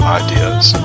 ideas